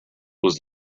was